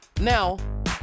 Now